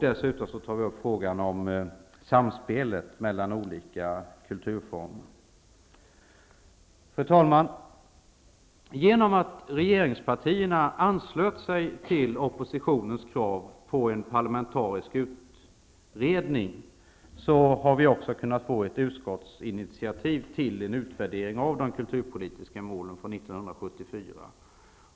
Dessutom tar vi upp frågan om samspelet mellan olika kulturformer. Fru talman! Genom att regeringspartierna anslöt sig till oppositionens krav på en parlamentarisk utredning har vi också kunnat få ett utskottsinitiativ till en utvärdering av de kulturpolitiska målen från 1974.